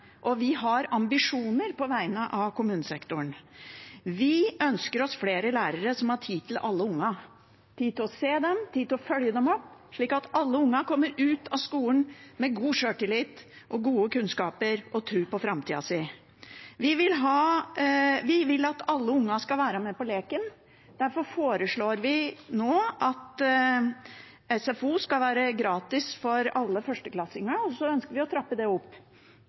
og vi har ambisjoner på vegne av kommunesektoren. Vi ønsker oss flere lærere som har tid til alle ungene, tid til å se dem, tid til å følge dem opp, slik at alle ungene kommer ut av skolen med god sjøltillit, gode kunnskaper og tru på framtida si. Vi vil at alle ungene skal være med på leken. Derfor foreslår vi nå at SFO skal være gratis for alle førsteklassinger, og så ønsker vi å trappe det opp.